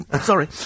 Sorry